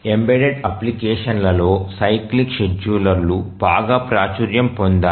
embedded application లలో cyclic షెడ్యూలర్లు బాగా ప్రాచుర్యం పొందాయి